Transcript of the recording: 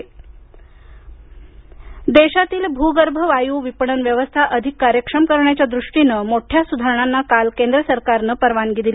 मंत्रिमंडळ निर्णय देशातील भूगर्भ वायू विपणन व्यवस्था अधिक कार्यक्षम करण्याच्या दृष्टीनं मोठ्या सुधारणांना काल केंद्र सरकारनं परवानगी दिली